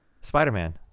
Spider-Man